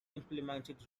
implemented